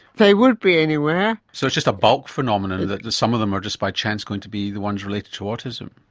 they would be anywhere. so it's just a bulk phenomenon that some of them are just by chance going to be the ones related to autism.